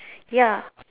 ya